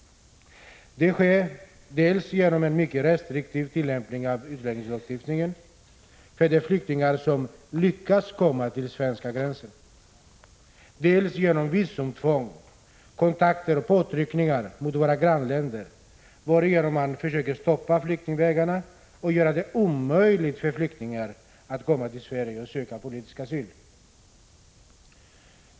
Det sker dels genom en mycket restriktiv tillämpning av utlänningslagen för de flyktingar som lyckas komma till den svenska gränsen, dels genom visumtvång. Med kontakter och påtryckningar mot våra grannländer försöker man stoppa flyktingvägarna och göra det omöjligt för flyktingar att komma till Sverige och söka politisk asyl här.